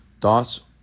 Thoughts